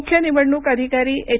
मुख्य निवडणूक अधिकार एच